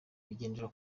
bigendera